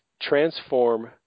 transform